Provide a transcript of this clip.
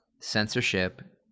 censorship